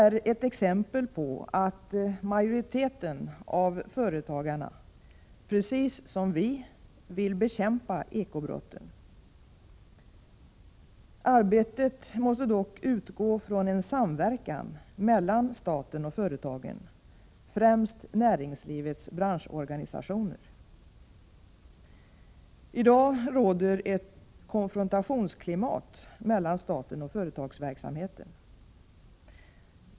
Det är ett exempel på att majoriteten av företagarna, precis som vi, vill bekämpa eko-brotten. Arbetet måste dock utgå från en samverkan mellan staten och företagen, främst näringslivets branschorganisationer. I dag råder ett konfrontationsklimat mellan staten och företagsverksamheten.